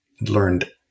learned